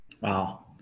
Wow